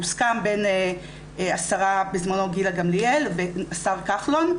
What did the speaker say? הוסכם בין השרה בזמנו גילה גמליאל והשר כחלון,